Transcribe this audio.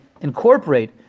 incorporate